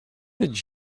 did